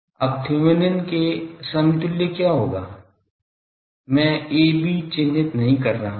अब थेवेनिन के समतुल्य क्या होगा मैं a b चिह्नित नहीं कर रहा हूं